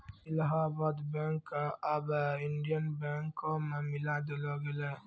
Allahabad bank क आबै Indian बैंको मे मिलाय देलो गेलै